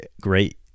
great